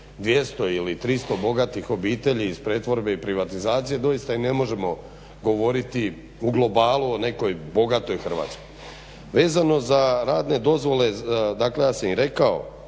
200 ili 300 bogatih obitelji iz pretvorbe i privatizacije doista i ne možemo govoriti u globalu o nekoj bogatoj Hrvatskoj. Vezano za radne dozvole, dakle ja sam i rekao